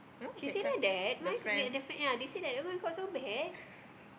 she say like that my goodness the fact ya they said that [oh]-my-god so bad